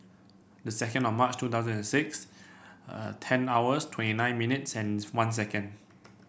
the second of March two thousand and six ten hours twenty nine minutes and one second